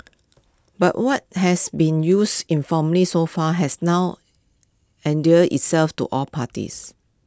but what has been used informally so far has now endeared itself to all parties